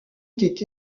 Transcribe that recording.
été